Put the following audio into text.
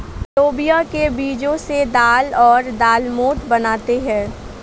लोबिया के बीजो से दाल और दालमोट बनाते है